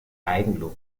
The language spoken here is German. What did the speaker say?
eigenlob